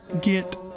get